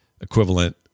equivalent